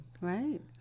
right